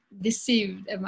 deceived